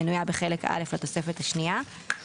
המנויה בחלק א' לתוספת השנייה"".